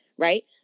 Right